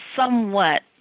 Somewhat